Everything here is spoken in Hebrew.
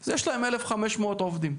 אז יש להם אלף חמש מאות עובדים,